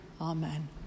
Amen